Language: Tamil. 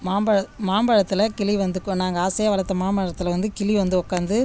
மாம்ப மாம்பழத்தில் கிளி வந்துருக்கு நாங்கள் ஆசையாக வளர்த்த மாமரத்தில் வந்து கிளி வந்து உட்காந்து